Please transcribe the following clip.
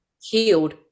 healed